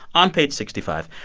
on page sixty five,